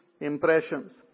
impressions